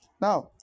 Now